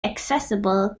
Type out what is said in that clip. accessible